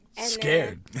Scared